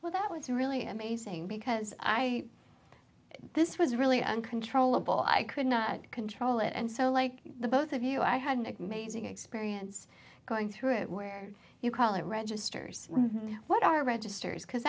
well that was really amazing because i this was really uncontrollable i could not control it and so like the both of you i had nick mazing experience going through it where you call it registers what are registers because